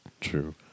true